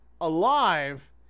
alive